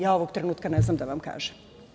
Ja ovog trenutka ne znam da vam kažem.